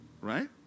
Right